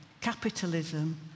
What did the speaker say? capitalism